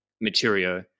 material